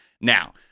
Now-